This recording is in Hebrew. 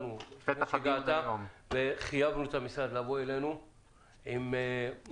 דיברנו על זה בדיון הקודם וחייבנו את המשרד לבוא אלינו עם פירוט,